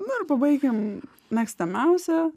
na ir pabaikim mėgstamiausią